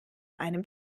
einem